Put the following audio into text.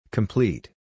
Complete